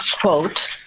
quote